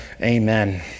Amen